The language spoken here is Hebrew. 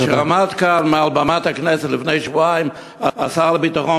כאשר עמד כאן על במת הכנסת לפני שבועיים השר לביטחון